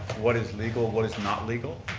what is legal, what is not legal?